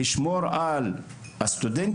לשמור על הסטודנטים,